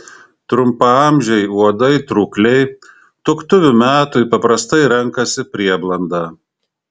trumpaamžiai uodai trūkliai tuoktuvių metui paprastai renkasi prieblandą